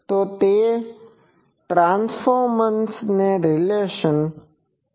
તો તે transformation relation છે